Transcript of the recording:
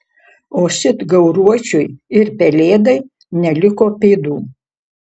o šit gauruočiui ir pelėdai neliko pėdų